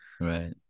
Right